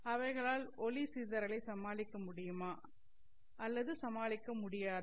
அவைகளால் ஒளி சிதறலை சமாளிக்க முடியுமா அல்லது சமாளிக்க முடியாதா